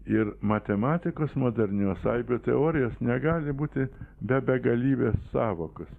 ir matematikos modernios aibių teorijos negali būti be begalybės sąvokos